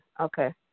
Okay